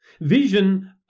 Vision